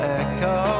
echo